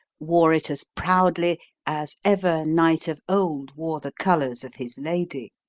wore it as proudly as ever knight of old wore the colours of his lady.